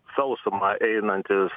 sausuma einantis